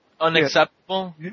Unacceptable